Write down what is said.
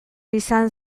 izan